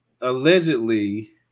allegedly